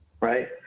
right